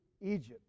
Egypt